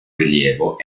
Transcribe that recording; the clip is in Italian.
rilievo